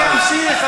אני אמשיך,